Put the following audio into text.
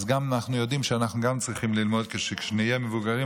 אנחנו יודעים שאנחנו צריכים ללמוד שכשנהיה מבוגרים,